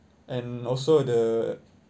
and also the